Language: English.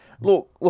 look